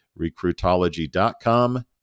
recruitology.com